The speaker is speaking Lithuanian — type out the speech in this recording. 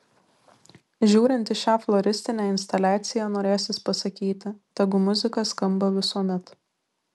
žiūrint į šią floristinę instaliaciją norėsis pasakyti tegu muzika skamba visuomet